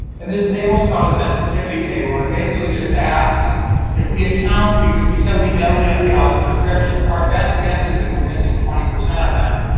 and this table's called a sensitivity table, and it basically just asks if we had count, because we said we know we don't get all the prescriptions, our best guess is that we're missing twenty percent of them,